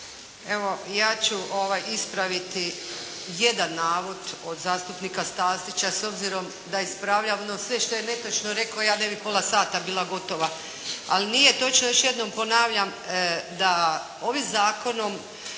Evo ja ću ispraviti jedan navod od zastupnika Stazića, s obzirom da ispravljam ono sve što je netočno rekao ja ne bih pola sata bila gotova. Ali nije točno, još jednom ponavljam da ovim zakonom